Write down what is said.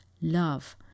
love